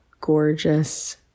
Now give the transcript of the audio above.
gorgeous